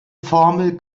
formel